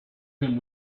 him